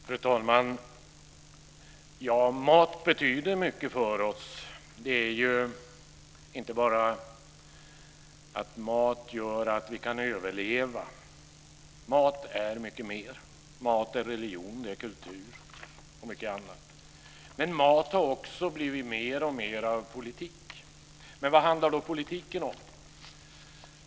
Fru talman! Mat betyder mycket för oss. Det är inte bara så att mat gör att vi kan överleva. Mat är mycket mer. Mat är religion, kultur och mycket annat. Men mat har också blivit mer och mer politik. Vad handlar då politiken om?